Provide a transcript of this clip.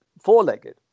four-legged